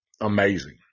amazing